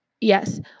yes